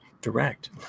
direct